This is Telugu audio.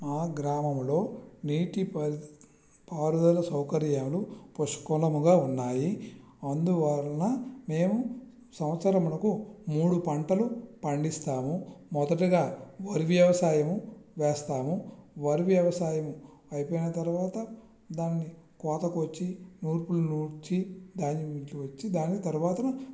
మా గ్రామములో నీటి పరి పారుదల సౌకర్యాలు పుష్కలముగా ఉన్నాయి అందువలన మేము సంవత్సరమునకు మూడు పంటలు పండిస్తాము మొదటిగా వరి వ్యవసాయం వేస్తాము వరి వ్యవసాయం అయిపోయిన తరువాత దాన్ని కోతకు వచ్చి నూర్పులను ఊడ్చి ధాన్యం ఇంటికి వచ్చి దాని తరువాత